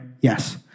Yes